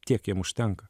tiek jiem užtenka